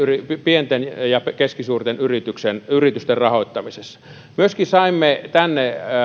pienten ja keskisuurten yritysten yritysten rahoittamisessa myöskin saimme tänne